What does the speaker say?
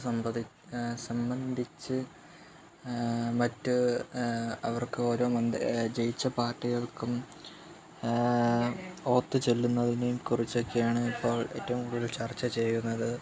അത് സംബന്ധിച്ച് മറ്റ് അവര്ക്കോരോ ജയിച്ച പാര്ട്ടികള്ക്കും ഓത്ത് ചൊല്ലുന്നതിനെക്കുറിച്ചൊക്കെയാണ് ഇപ്പോള് ഏറ്റവും കൂടുതല് ചര്ച്ച ചെയ്യുന്നത്